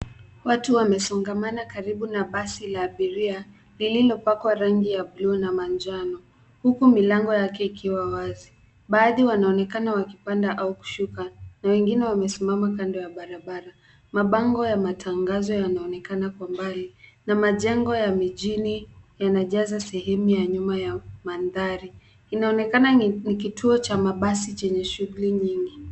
Watu wamesongamana karibu na basi la abiria, lililopakwa rangi ya bluu na manjano, huku milango yake ikiwa wazi. Baadhi wanaonekana wakipanda au kushuka na wengine wamesimama kando ya barabara. Mabango ya matangazo yanaonekana kwa mbali na majengo ya mijini yanajaza sehemu ya nyuma ya mandhari. Inaonekana ni kituo cha mabasi chenye shughuli nyingi.